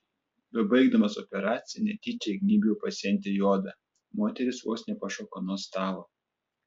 bebaigdamas operaciją netyčia įgnybiau pacientei į odą moteris vos nepašoko nuo stalo